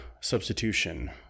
substitution